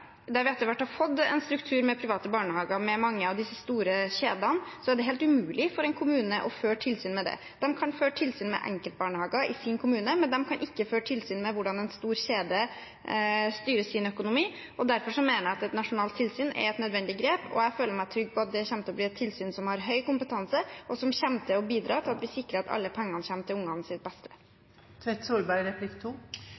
der vi etter hvert har fått en struktur med private barnehager i mange av disse store kjedene, er det helt umulig for en kommune å føre tilsyn med dem. De kan føre tilsyn med enkeltbarnehager i sin kommune, men de kan ikke føre tilsyn med hvordan en stor kjede styrer sin økonomi, og derfor mener jeg at et nasjonalt tilsyn er et nødvendig grep, og jeg føler meg trygg på at det kommer til å bli et tilsyn som har høy kompetanse og kommer til å bidra til at vi sikrer at alle pengene kommer til